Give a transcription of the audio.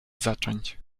zacząć